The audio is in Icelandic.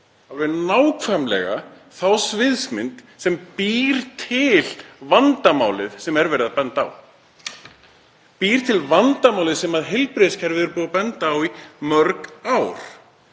upp nákvæmlega þá sviðsmynd sem býr til vandamálið sem er verið að benda á. Býr til vandamálið (Forseti hringir.) sem heilbrigðiskerfið er búið að benda á í mörg ár.